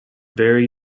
very